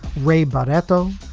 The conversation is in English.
ray barretto,